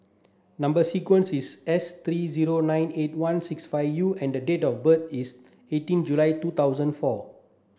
number sequence is S three zero nine eight one six five U and date of birth is eighteen July two thousand four